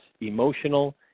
emotional